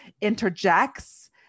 interjects